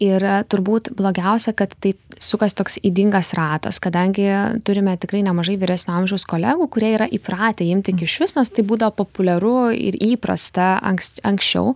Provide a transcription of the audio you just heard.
ir turbūt blogiausia kad tai sukas toks ydingas ratas kadangi turime tikrai nemažai vyresnio amžiaus kolegų kurie yra įpratę imti kyšius nes tai būdo populiaru ir įprasta ankst anksčiau